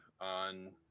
on